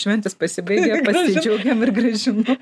šventės pasibaigė pasidžiaugėm ir grąžinu